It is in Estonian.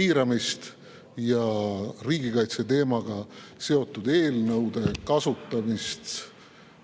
eiramist ja riigikaitseteemaga seotud eelnõude kasutamist